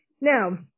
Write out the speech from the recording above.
Now